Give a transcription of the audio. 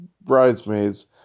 bridesmaids